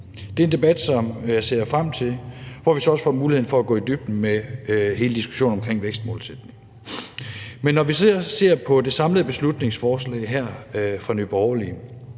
Det er en debat, hvor jeg også ser frem til, at vi får muligheden for at gå i dybden med hele diskussionen omkring vækstmålsætning. Når vi så ser på det samlede beslutningsforslag fra Nye borgerlige,